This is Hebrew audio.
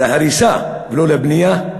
להריסה, ולא לבנייה,